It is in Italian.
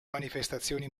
manifestazioni